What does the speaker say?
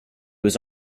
was